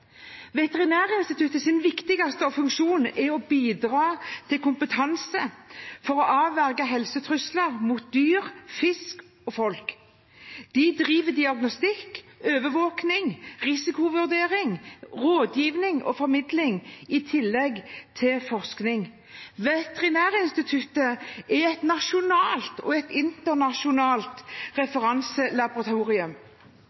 Veterinærinstituttet. Veterinærinstituttets viktigste funksjon er å bidra til kompetanse for å avverge helsetrusler mot dyr, fisk og folk. De driver diagnostikk, overvåking, risikovurdering, rådgivning og formidling i tillegg til forskning. Veterinærinstituttet er et nasjonalt og internasjonalt